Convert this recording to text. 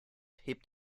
hebt